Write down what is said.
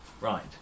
Right